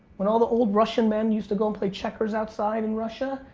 when all the old russian men used to go and play checkers outside in russia,